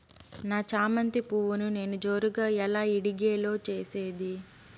నా చామంతి పువ్వును నేను జోరుగా ఎలా ఇడిగే లో చేసేది?